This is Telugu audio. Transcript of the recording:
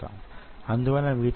దాని భావమేమి